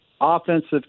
offensive